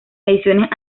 ediciones